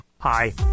Hi